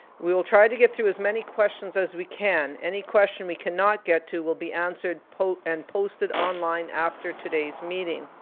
we will try to get through as many questions as we can. any question we cannot get to will be answered and posted online after today's meeting.